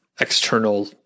external